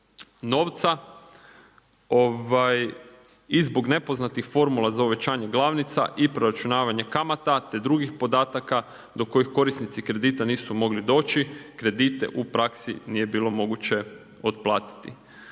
novca. I zbog nepoznatih formula za uvećanje glavnica i proračunavanje kamata te drugih podataka do kojih korisnici kredita nisu mogli doći, kredite u praksi nije bilo moguće otplatiti.